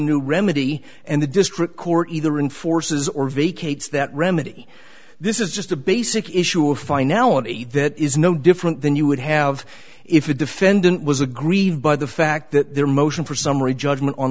new remedy and the district court either in forces or vacates that remedy this is just a basic issue of finality that is no different than you would have if a defendant was aggrieved by the fact that their motion for summary judgment on